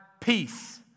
peace